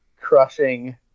crushing